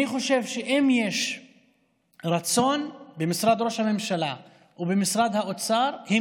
אני חושב שאם יש רצון במשרד ראש הממשלה ובמשרד האוצר הם